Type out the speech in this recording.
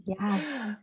Yes